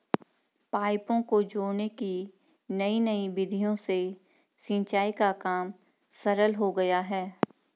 पाइपों को जोड़ने की नयी नयी विधियों से सिंचाई का काम सरल हो गया है